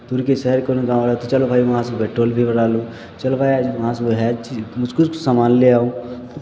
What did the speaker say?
दूरके शहर कोनो गाँव रहल तऽ चलू भाय वहाँसँ भाय टोल भी भरा लू चल भाय वहाँसँ उएह चीज कु किछु सामान ले आउ